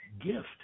gift